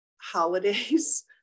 holidays